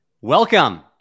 Welcome